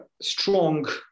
strong